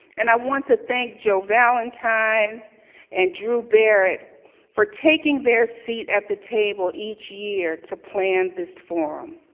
and i want to thank jo valentine and drue barrett for taking their seat at the table each year to plan this forum.